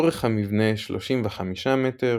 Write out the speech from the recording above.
אורך המבנה 35 מטר